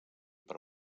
per